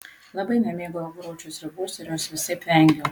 labai nemėgau aguročių sriubos ir jos visaip vengiau